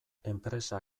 enpresa